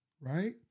right